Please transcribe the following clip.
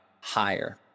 higher